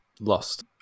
lost